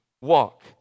walk